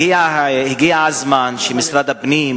הגיע הזמן שמשרד הפנים,